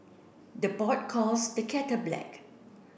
the pot calls the kettle black